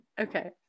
Okay